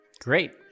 Great